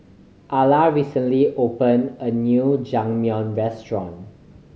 Alla recently opened a new Jajangmyeon Restaurant